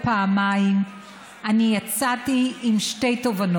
חברת הכנסת יעל גרמן, את תמתיני שלוש דקות.